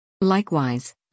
Likewise